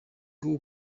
bwo